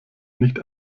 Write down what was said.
nicht